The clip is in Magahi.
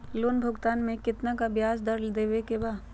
लोन भुगतान में कितना का ब्याज दर देवें के बा?